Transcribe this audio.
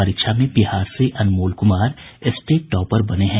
परीक्षा में बिहार से अनमोल कुमार स्टेट टॉपर बने हैं